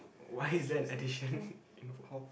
why is there an addition involved